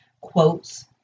quotes